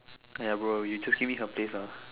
!aiya! bro you just give me some place lah